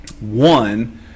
One